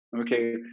Okay